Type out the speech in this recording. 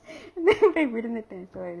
போய் விழுந்துட்டேன்:poi vilunthuttaen